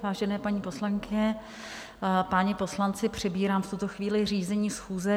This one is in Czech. Vážené paní poslankyně, páni poslanci, přebírám v tuto chvíli řízení schůze.